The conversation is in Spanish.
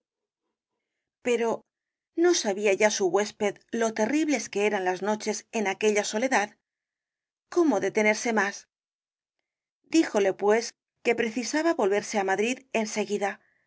pero no sabía ya su huésped lo terribles que eran las noches en aquella soledad cómo detenerse más díjole pues que precisaba volverse á madrid